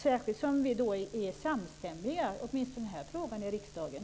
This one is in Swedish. Dessutom är vi ju samstämmiga i den här frågan i riksdagen.